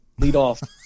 leadoff